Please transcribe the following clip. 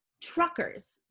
truckers